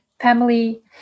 family